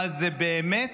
אבל זה באמת